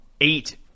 Eight